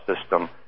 system